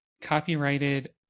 copyrighted